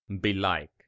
Belike